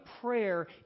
prayer